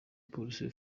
police